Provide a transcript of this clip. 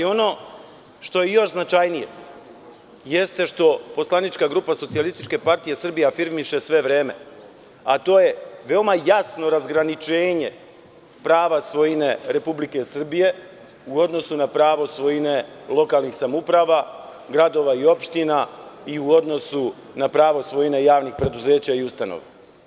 Ono što je još značajnije jeste što poslanička grupa SPS afirmiše sve vreme, a to je veoma jasno razgraničenje prava svojine Republike Srbije u odnosu na pravo svojine lokalnih samouprava, gradova i opština i u odnosu na pravo svojine javnih preduzeća i ustanova.